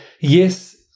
yes